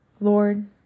Lord